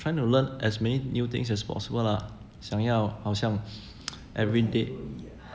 trying to learn as many new things as possible lah 想要好像 everything